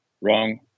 wrong